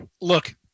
Look